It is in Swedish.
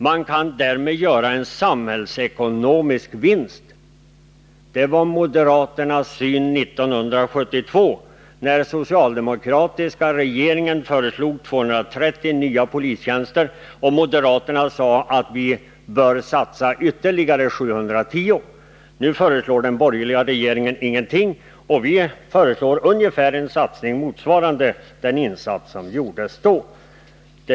Man kan därmed göra en samhällsekonomisk vinst.” Det var moderaternas syn 1972, när den socialdemokratiska regeringen föreslog 230 nya polistjänster och moderaterna sade att vi borde satsa ytterligare 710. Nu föreslår den borgerliga regeringen ingenting, och vi föreslår en satsning ungefär motsvarande den insats som gjordes då.